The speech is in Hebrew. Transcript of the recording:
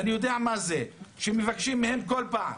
אני יודע מה זה שמבקשים מהם כל פעם